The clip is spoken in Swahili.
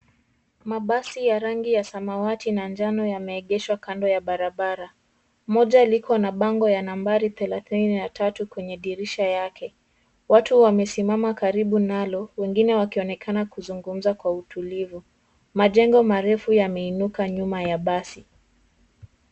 Mabasi ya rangi ya samawati na njano yameegeshwa kando ya barabara. Moja liko na bango ya nambari thelathini na tatu kwenye dirisha yake. Watu wamesimama karibu nalo, wengine wakionekana kuzungumza kwa utulivu. Majengo marefu yameinuka nyuma ya basi.